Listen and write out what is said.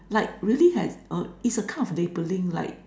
like really has a it is a kind of labeling like